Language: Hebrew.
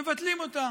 מבטלים אותה,